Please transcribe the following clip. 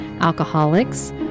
alcoholics